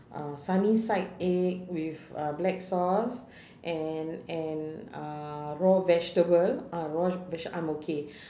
uh sunny side egg with uh black sauce and and uh raw vegetable ah raw veg~ I'm okay